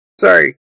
Sorry